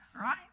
right